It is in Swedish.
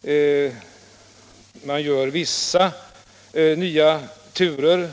Men man gör också en del nya turer.